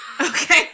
Okay